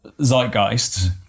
zeitgeist